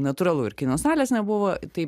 natūralu ir kino salės nebuvo tai